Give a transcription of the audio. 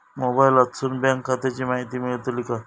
मोबाईलातसून बँक खात्याची माहिती मेळतली काय?